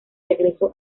regreso